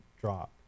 drop